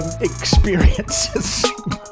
experiences